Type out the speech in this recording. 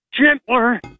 gentler